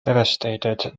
devastated